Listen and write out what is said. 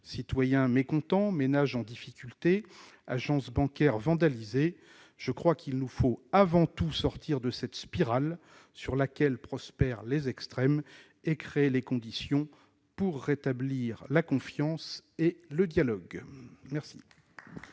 citoyens mécontents, ménages en difficulté, agences bancaires vandalisées. Il nous faut avant tout sortir de cette spirale, sur laquelle prospèrent les extrêmes, et créer les conditions du rétablissement de la confiance et du dialogue. La